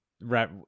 right